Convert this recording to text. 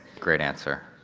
great answer.